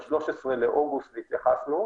הנתון הזה עלה לדיון ב-13 באוגוסט והתייחסנו,